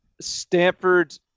Stanford